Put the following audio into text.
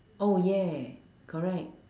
oh ya correct